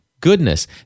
goodness